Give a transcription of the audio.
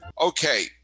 Okay